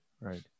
Right